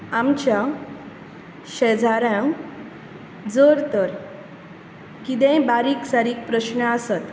आमच्या शेजाऱ्यांक जर तर कितेंय बारीक सारीक प्रस्न आसत